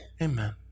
amen